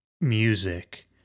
music